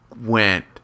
went